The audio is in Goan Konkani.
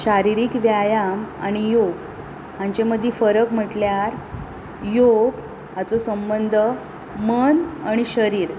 शारिरीक व्यायाम आनी योग हांचे मदीं फरक म्हटल्यार योग हाचो संबंद मन आनी शरीर